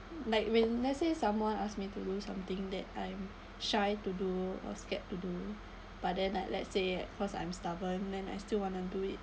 like when let's say someone ask me to do something that I'm shy to do or scared to do but then like let's say cause I'm stubborn and I still want to do it